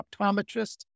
optometrist